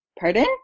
Pardon